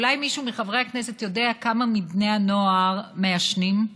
אולי מישהו מחברי הכנסת יודע כמה מבני הנוער מעשנים?